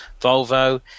Volvo